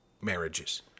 marriages